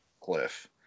cliff